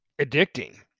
addicting